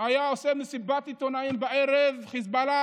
היה עושה מסיבת עיתונאים בערב: חיזבאללה